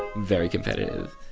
very competitive